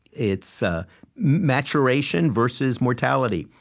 it's ah maturation versus mortality.